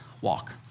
walk